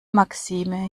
maxime